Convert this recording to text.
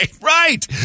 Right